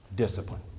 Discipline